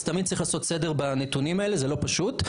אז תמיד צריך לעשות סדר בנתונים האלה, זה לא פשוט.